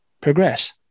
progress